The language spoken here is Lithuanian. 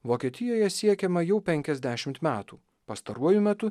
vokietijoje siekiama jau penkiasdešimt metų pastaruoju metu